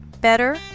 Better